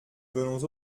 venons